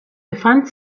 befand